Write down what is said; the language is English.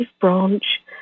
branch